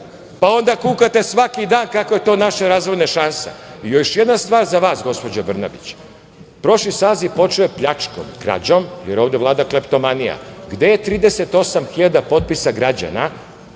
pa onda kukate svaki dan kako je to naša razvojna šansa? Još jedna stvar za vas, gospođo Brnabić, prošli saziv počeo je pljačkom, krađom, ovde vlada kleptomanija. Gde je 38.000 potpisa građana